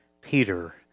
Peter